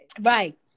Right